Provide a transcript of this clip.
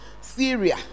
Syria